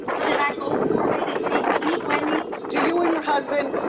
should i go for it and take the leap, wendy? do you and your husband,